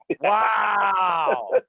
Wow